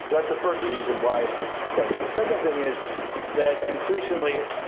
that's the first reason why it's it's essential. the second thing is that increasingly,